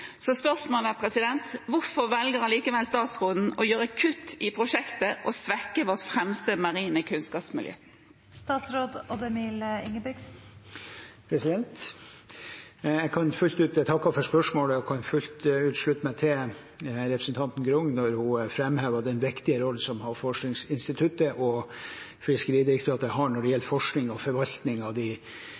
statsråden å gjøre kutt i prosjektet og svekke vårt fremste marine kunnskapsmiljø?» Jeg takker for spørsmålet og kan fullt ut slutte meg til representanten Grung når hun framhever den viktige rollen som Havforskningsinstituttet og Fiskeridirektoratet har når det gjelder forskning og